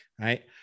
Right